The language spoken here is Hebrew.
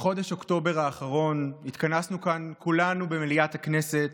בחודש אוקטובר האחרון התכנסנו כאן כולנו במליאת הכנסת